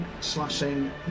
slashing